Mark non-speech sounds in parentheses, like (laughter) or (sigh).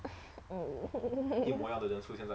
(noise) mm (laughs)